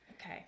Okay